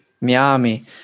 Miami